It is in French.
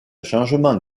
changement